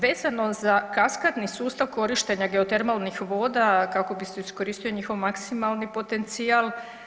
Vezano za kaskadni sustav korištenja geotermalnih voda kako bi se iskoristio njihov maksimalni potencijal.